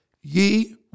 ye